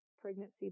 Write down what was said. pregnancy